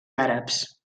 àrabs